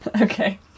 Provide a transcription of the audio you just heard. Okay